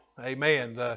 Amen